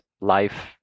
life